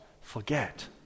forget